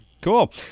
cool